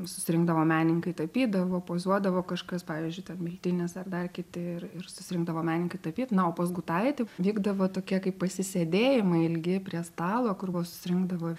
susirinkdavo menininkai tapydavo pozuodavo kažkas pavyzdžiui ten miltinis ar dar kiti ir ir susirinkdavo menininkai tapyt na o pas gudaitį vykdavo tokie kaip pasisėdėjimai ilgi prie stalo kur buvo susirinkdavo